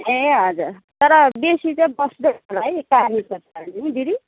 ए हजुर तर बेसी चाहिँ बस्दैन होला है पानीको त नि दिदी